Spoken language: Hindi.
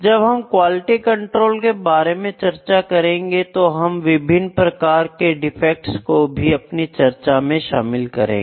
जब हम क्वालिटी कंट्रोल के बारे में चर्चा करेंगे तो हम विभिन्न प्रकार के डिफेक्ट्स को भी अपनी चर्चा में शामिल करेंगे